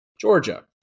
Georgia